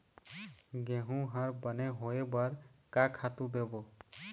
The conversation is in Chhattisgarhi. गेहूं हर बने होय बर का खातू देबो?